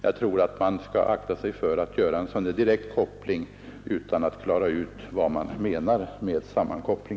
Jag tror att man skall akta sig för att göra en sådan direkt sammankoppling utan att klara ut vad man menar med den.